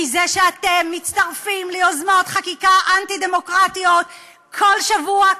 בזה שאתם מצטרפים ליוזמות חקיקה אנטי-דמוקרטיות כל שבוע,